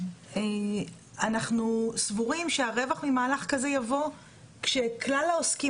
אנחנו סבורים שהרווח ממהלך כזה יבוא כשכלל העוסקים